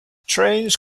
trains